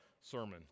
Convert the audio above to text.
Sermon